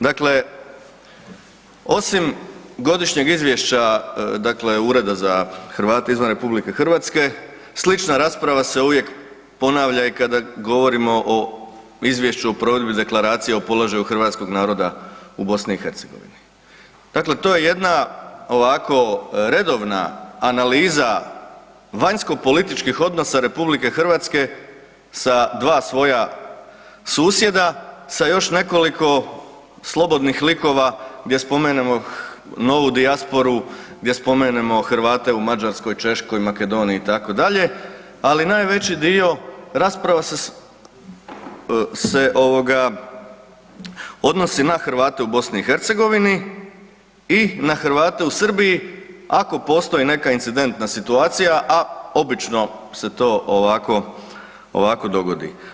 Dakle, osim godišnjeg izvješća dakle Ureda za Hrvate izvan RH, slična rasprava se uvijek ponavlja i kada govorimo o provedbi Deklaracije o položaju hrvatskog naroda u BiH-u. dakle, to je jedna ovako redovna analiza vanjskopolitičkih odnosa RH sa dva svoja susjeda, sa još nekoliko slobodnih likova gdje spomenemo novu dijasporu, gdje spomenemo Hrvate u Mađarskoj, Češkoj, Makedoniji itd., ali najveći dio rasprava se ovoga odnosi na Hrvate u BiH i na Hrvate u Srbiji ako postoji neka incidenta situacija, a obično se to ovako, ovako dogodi.